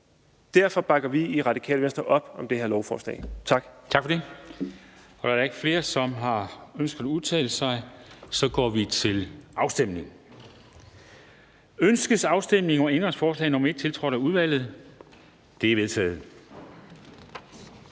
Derfor bakker vi i Radikale Venstre op om det her lovforslag. Tak.